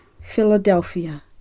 Philadelphia